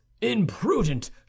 imprudent